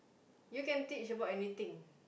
you can teach about anything